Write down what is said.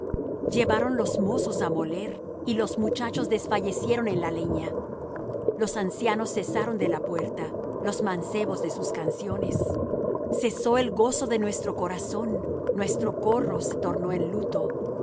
llevaron los mozos á moler y los muchachos desfallecieron en la leña los ancianos cesaron de la puerta los mancebos de sus canciones cesó el gozo de nuestro corazón nuestro corro se tornó en luto